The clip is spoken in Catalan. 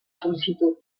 sol·licitud